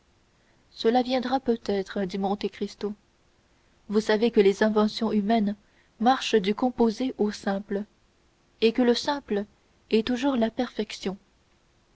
cela viendra peut-être dit monte cristo vous savez que les inventions humaines marchent du composé au simple et que le simple est toujours la perfection